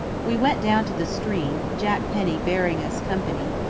we went down to the stream, jack penny bearing us company,